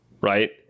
right